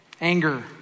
Anger